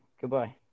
goodbye